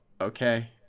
okay